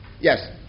Yes